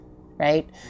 right